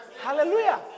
Hallelujah